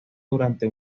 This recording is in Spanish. durante